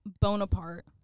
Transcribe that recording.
Bonaparte